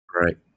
Right